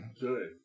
good